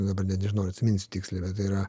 dabar net nežinau ar atsiminsiu tiksliai bet tai yra